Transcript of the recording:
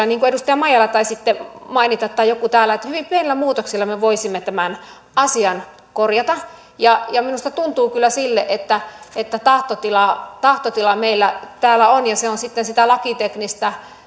niin kuin edustaja maijala taisitte mainita tai joku täällä hyvin pienillä muutoksilla me voisimme tämän asian korjata ja ja minusta tuntuu kyllä että että tahtotila meillä täällä on ja se on sitten sitä lakiteknistä